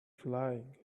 flying